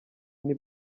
nti